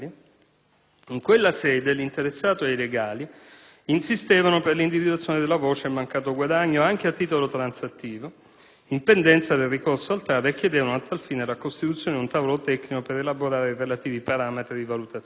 In quella sede, l'interessato ed i legali insistevano per l'individuazione della voce «mancato guadagno» anche a titolo transattivo, in pendenza del ricorso al TAR e chiedevano, a tal fine, la costituzione di un tavolo tecnico per elaborare i relativi parametri di valutazione.